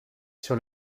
sur